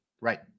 Right